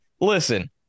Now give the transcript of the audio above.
listen